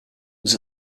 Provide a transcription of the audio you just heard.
was